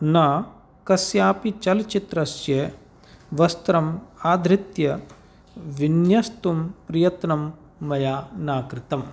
न कस्यापि चलचित्रस्य वस्त्रम् आधृत्य विन्यस्तुं प्रयत्नं मया न कृतम्